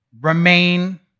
Remain